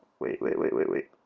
wait. wait. wait wait. wait.